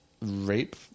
rape